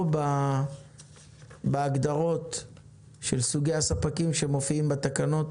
או בהגדרות של סוגי הספקים שמופיעים בתקנות